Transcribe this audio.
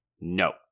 no